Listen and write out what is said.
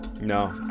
No